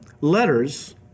letters